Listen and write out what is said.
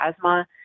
asthma